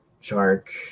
Shark